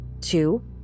Two